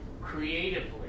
creatively